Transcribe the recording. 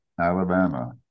Alabama